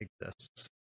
exists